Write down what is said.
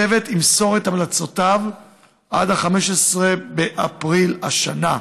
הצוות ימסור את המלצותיו עד 15 באפריל השנה.